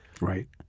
Right